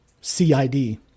CID